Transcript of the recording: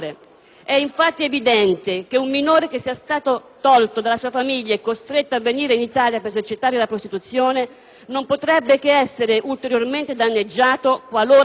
tolto dalla sua famiglia e costretto a venire in Italia per esercitare la prostituzione non potrebbe che essere ulteriormente danneggiato qualora venisse riconsegnato all'ambiente di origine.